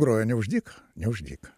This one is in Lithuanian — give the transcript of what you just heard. grojo ne už dyką ne už dyką